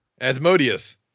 Asmodeus